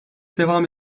devam